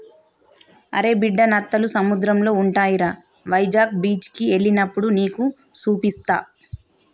అరే బిడ్డా నత్తలు సముద్రంలో ఉంటాయిరా వైజాగ్ బీచికి ఎల్లినప్పుడు నీకు సూపిస్తా